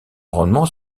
rendement